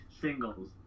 singles